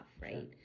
right